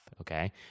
okay